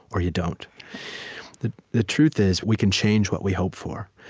or you don't the the truth is, we can change what we hope for.